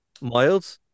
Miles